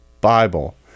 Bible